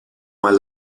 mal